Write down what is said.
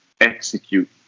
execute